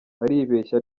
baribeshya